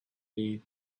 hey